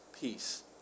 peace